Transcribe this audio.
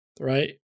Right